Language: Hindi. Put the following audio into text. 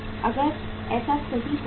अगर ऐसा सही होता है